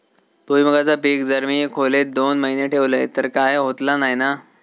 भुईमूगाचा पीक जर मी खोलेत दोन महिने ठेवलंय तर काय होतला नाय ना?